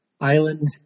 Island